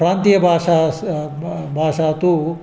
प्रान्तीयभाषाः भा भाषा तु